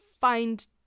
find